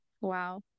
Wow